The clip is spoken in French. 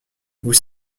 vous